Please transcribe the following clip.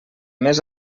més